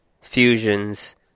Fusions